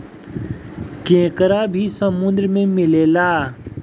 केकड़ा भी समुन्द्र में मिलेला